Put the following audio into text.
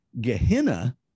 Gehenna